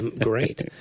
great